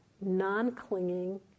non-clinging